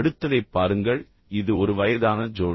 அடுத்ததைப் பாருங்கள் இது ஒரு வயதான ஜோடி